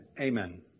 Amen